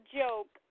joke